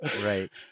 Right